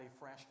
fresh